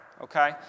okay